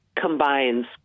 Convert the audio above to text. combines